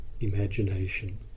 imagination